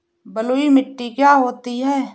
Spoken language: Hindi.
बलुइ मिट्टी क्या होती हैं?